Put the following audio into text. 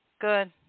Good